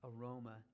aroma